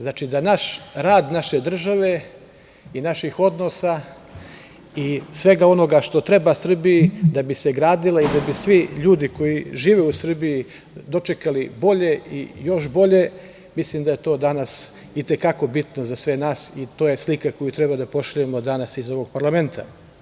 Znači da rad naše države i naših odnosa i svega onoga što treba Srbiji da bi se gradila i da bi svi ljudi koji žive u Srbiji dočekali bolje i još bolje, mislim da je to danas i te kako bitno za sve nas i to je slika koju treba da pošaljemo danas iz ovog parlamenta.